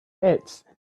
edge